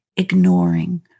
ignoring